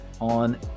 on